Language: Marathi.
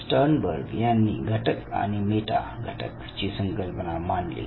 स्टर्नबर्ग यांनी घटक आणि मेटा घटक ची संकल्पना मांडली